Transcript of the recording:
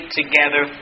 together